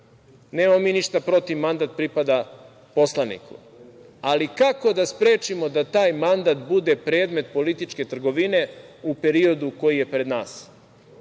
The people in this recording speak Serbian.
Nemamo mi ništa protiv mandat pripada poslaniku, ali kako da sprečimo da taj mandat bude predmet političke trgovine u periodu koji je pred nas?